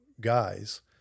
guys